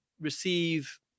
receive